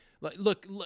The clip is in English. Look